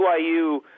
BYU